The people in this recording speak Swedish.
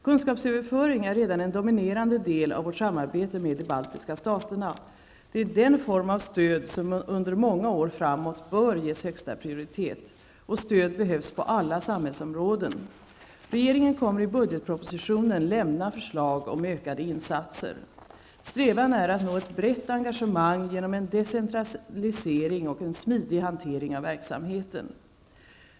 Kunskapsöverföring är redan en dominerande del av vårt samarbete med de baltiska staterna. Det är den form av stöd som under många år framåt bör ges högsta prioritet. Stöd behövs på alla samhällsområden. Regeringen kommer att i budgetpropositionen lämna förslag om ökade insatser. Strävan är att nå ett brett engagemang genom en decentralisering och en smidig hantering av verksamheten.